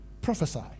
prophesy